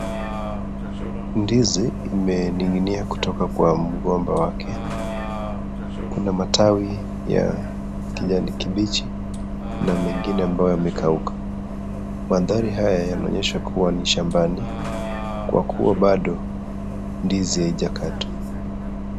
Ndizi imening'inia kutoka kwenye mgomba wake. Kuna matawi ya kijani kibichi na mengine ambayo yamekauka. Mandhari haya yanaonyesha kuwa ni shambani kwa kuwa bado ndizi haijakatwa.